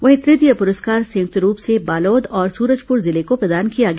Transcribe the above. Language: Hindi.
वहीं तृतीय पुरस्कार संयुक्त रूप से बालोद और सूरजपुर जिले को प्रदान किया गया